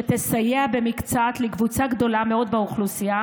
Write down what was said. שתסייע במקצת לקבוצה גדולה מאוד באוכלוסייה